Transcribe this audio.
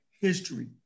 history